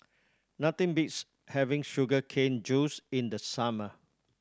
nothing beats having sugar cane juice in the summer